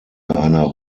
einer